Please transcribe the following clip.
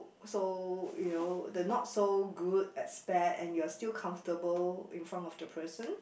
so you know the not so good aspect and you are still comfortable in front of the person